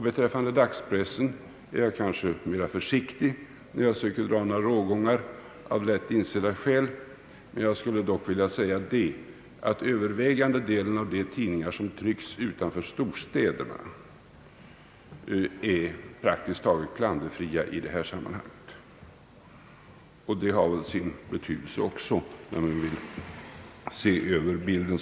Beträffande dagspressen är jag kanske mera försiktig, när jag söker dra rågångar — av lätt insedda skäl — men jag skulle dock vilja säga att övervägande delen av de tidningar som trycks utanför storstäderna är praktiskt taget klanderfria i det här sammanhanget. Det har väl också sin betydelse, när man vill se över fältet.